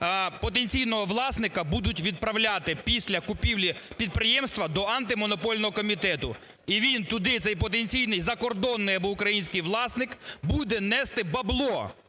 потенційного власника будуть відправляти після купівлі підприємства до Антимонопольного комітету. І він туди, цей потенційний закордонний або український власник, буде нести "бабло",